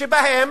שבהם